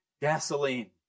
gasoline